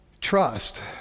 trust